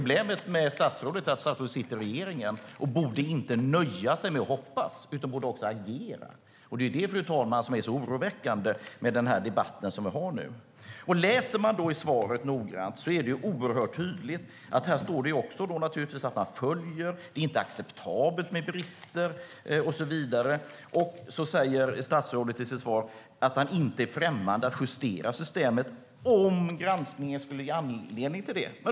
Men statsrådet sitter i regeringen och borde inte nöja sig med att hoppas, utan han borde också agera. Detta är det oroväckande med den debatt vi har nu. I svaret står det tydligt att man följer detta, att det inte är acceptabelt med brister och så vidare. Sedan säger statsrådet i svaret att han inte är främmande för att justera systemet om granskningen skulle ge anledning till det.